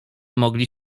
mogli